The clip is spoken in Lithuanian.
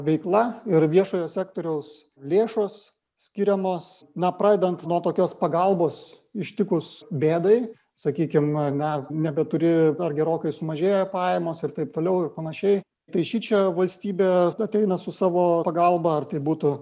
veikla ir viešojo sektoriaus lėšos skiriamos na pradedant nuo tokios pagalbos ištikus bėdai sakykim na nebeturi ar gerokai sumažėja pajamos ir taip toliau ir panašiai tai šičia valstybė ateina su savo pagalba ar tai būtų